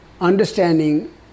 understanding